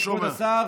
כבוד השר,